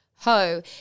Ho